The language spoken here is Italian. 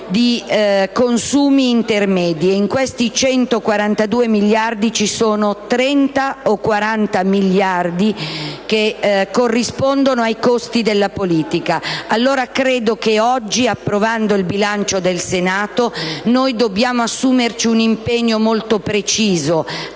di consumi intermedi, tra cui ci sono 30 o 40 miliardi che corrispondono ai costi della politica. Allora, credo che oggi, approvando il bilancio del Senato, noi dobbiamo assumerci un impegno molto preciso